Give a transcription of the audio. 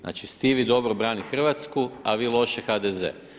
Znači Stivi dobro brani Hrvatsku, a vi loše HDZ.